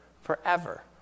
forever